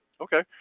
okay